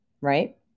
right